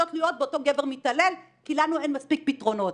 להיות תלויות באותו גבר מתעלל כי לנו אין מספיק פתרונות.